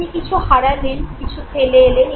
আপনি কিছু হারালেন কিছু ফেলে এলেন